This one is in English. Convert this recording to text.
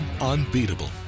unbeatable